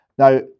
Now